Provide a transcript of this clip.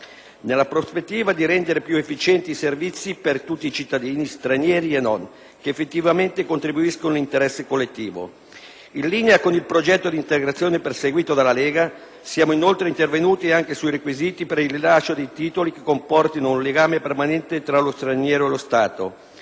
nella prospettiva di rendere più efficienti i servizi per tutti i cittadini, stranieri e non, che effettivamente contribuiscono all'interesse collettivo. In linea con il progetto di integrazione perseguito dalla Lega, siamo inoltre intervenuti anche sui requisiti per il rilascio dei titoli che comportino un legame permanente tra lo straniero e lo Stato.